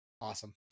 awesome